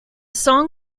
song